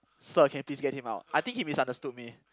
sir can you please get him out I think he misunderstood me